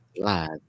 live